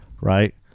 Right